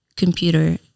Computer